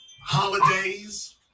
holidays